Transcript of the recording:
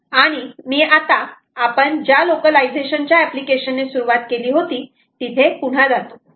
आणि मी आता आपण ज्या लोकलायझेशन च्या एप्लीकेशन ने सुरुवात केली होती तिथे पुन्हा जातो